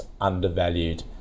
undervalued